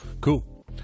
cool